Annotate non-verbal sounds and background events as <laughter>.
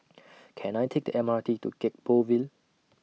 <noise> Can I Take The M R T to Gek Poh Ville